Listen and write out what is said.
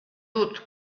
dut